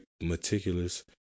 meticulous